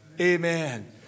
Amen